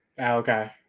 Okay